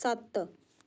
ਸੱਤ